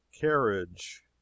carriage